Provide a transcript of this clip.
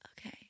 okay